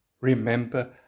remember